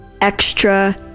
extra